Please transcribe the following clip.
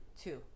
Two